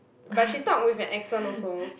but she talk with an accent also